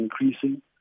increasing